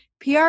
PR